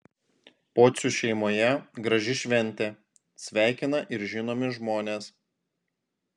pocių šeimoje graži šventė sveikina ir žinomi žmonės